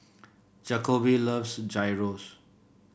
Jakobe loves Gyros